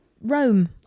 Rome